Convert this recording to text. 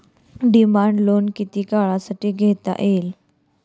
Demand loan किती काळासाठी घेता येईल?